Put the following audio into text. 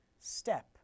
step